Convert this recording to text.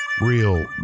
Real